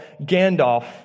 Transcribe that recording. Gandalf